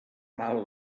mala